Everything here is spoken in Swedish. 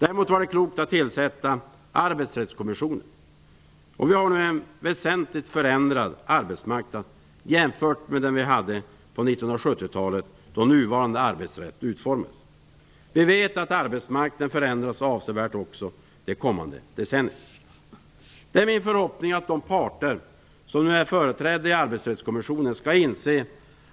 Däremot var det klokt att tillsätta Arbetsrättskommissionen. Vi har nu en väsentligt förändrad arbetsmarknad jämfört med den vi hade på 1970-talet då nuvarande arbetsrätt utformades. Vi vet att arbetsmarknaden kommer att förändras avsevärt även under det kommande decenniet. Det är min förhoppning att de parter som nu är företrädda i Arbetsrättskommissionen skall inse